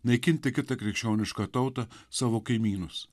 naikinti kitą krikščionišką tautą savo kaimynus